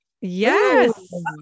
yes